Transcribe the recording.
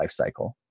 lifecycle